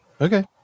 Okay